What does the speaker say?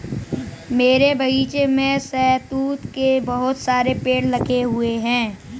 मेरे बगीचे में शहतूत के बहुत सारे पेड़ लगे हुए हैं